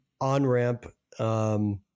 on-ramp